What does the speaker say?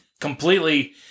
completely